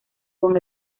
con